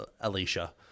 Alicia